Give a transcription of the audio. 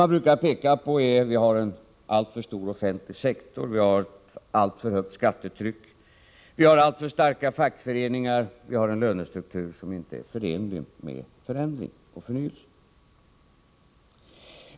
Man brukar peka på att vi har en alltför stor offentlig sektor, ett alltför högt skattetryck, alltför starka fackföreningar och en lönestruktur som inte är förenlig med förändring och förnyelse.